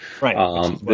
Right